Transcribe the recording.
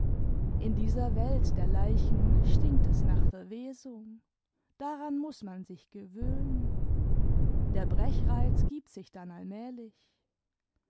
in dieser welt der leichen stinkt es nach verwesung daran muß man sich gewöhnen der brechreiz gibt sich dann allmählich